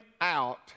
out